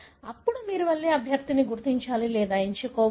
అప్పుడు మీరు వెళ్లి అభ్యర్థిని గుర్తించాలి లేదా ఎంచుకోవాలి